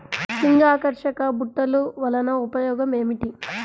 లింగాకర్షక బుట్టలు వలన ఉపయోగం ఏమిటి?